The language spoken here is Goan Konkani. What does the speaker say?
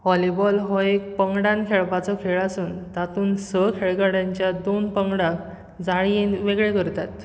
व्हॉलीबॉल हो एक पंगडान खेळपाचो खेळ आसून तातूंत स खेळगड्यांच्या दोन पंगडांक जाळयेन वेगळे करतात